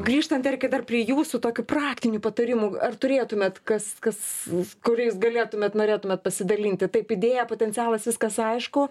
grįžtant erikai dar prie jūsų tokių praktinių patarimų ar turėtumėt kas kas kur jūs galėtumėt norėtumėt pasidalinti taip idėja potencialas viskas aišku